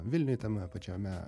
vilniuj tame pačiame